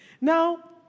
Now